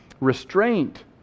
Restraint